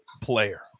player